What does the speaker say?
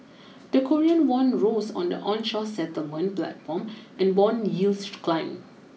the Korean won rose on the onshore settlement platform and bond yields climbed